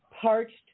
parched